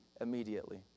immediately